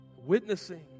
witnessing